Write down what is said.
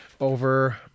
over